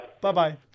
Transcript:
Bye-bye